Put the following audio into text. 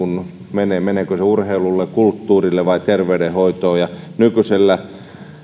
menevät menevätkö ne urheilulle kulttuurille vai terveydenhoitoon nykyisellä